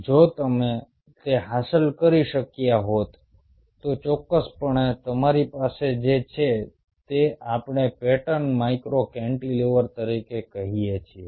જો તમે તે હાંસલ કરી શક્યા હોત તો ચોક્કસપણે હવે તમારી પાસે જે છે તે આપણે પેટર્ન માઇક્રો કેન્ટિલીવર તરીકે કહીએ છીએ